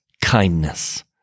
kindness